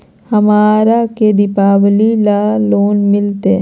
हमरा के दिवाली ला लोन मिलते?